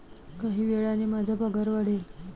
काही वेळाने माझा पगार वाढेल